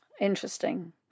Interesting